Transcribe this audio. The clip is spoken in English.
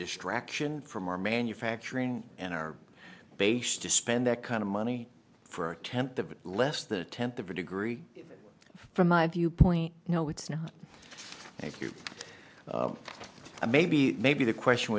distraction from our manufacturing and our base to spend that kind of money for a temp the less than a tenth of a degree from my viewpoint you know it's not if you maybe maybe the question